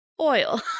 oil